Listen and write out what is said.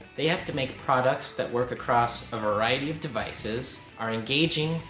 they have to make products that work across a variety of devices, are engaging,